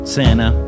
Santa